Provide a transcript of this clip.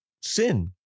sin